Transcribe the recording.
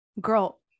girl